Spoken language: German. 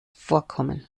vorkommen